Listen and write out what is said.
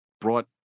brought